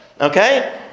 Okay